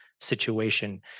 situation